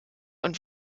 und